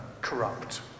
corrupt